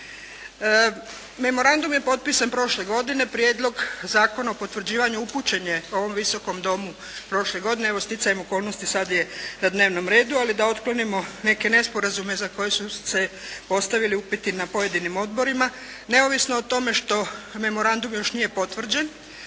Memorandum je potpisan prošle godine. Prijedlog zakona o potvrđivanju upućen je ovom Visokom domu prošle godine. Evo, sticajem okolnosti sad je na dnevnom redu, ali da otklonimo neke nesporazume za koje su se postavili upiti na pojedinim odborima, neovisno o tome što memorandum još nije potvrđen.